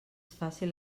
fàcil